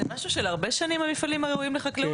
זה משהו של הרבה שנים, המפעלים הראויים לחקלאות?